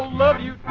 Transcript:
won't you